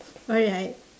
alright